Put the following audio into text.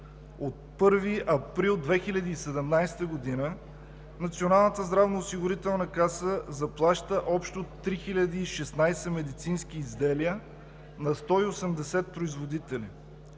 От 1 април 2017 г. Националната здравноосигурителна каса заплаща общо 3016 медицински изделия на 180 производители.